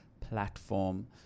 platform